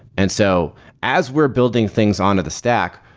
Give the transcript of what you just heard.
and so as we're building things on to the stack,